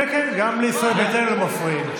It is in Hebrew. כן, גם ישראל ביתנו מפריעים.